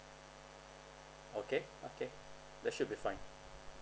okay okay that should be fine